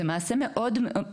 זה מעשה שכאמור,